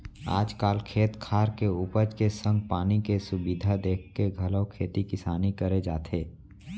आज काल खेत खार के उपज के संग पानी के सुबिधा देखके घलौ खेती किसानी करे जाथे